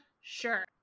sure